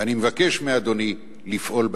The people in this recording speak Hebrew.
ואני מבקש מאדוני לפעול בעניין.